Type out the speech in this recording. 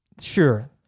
Sure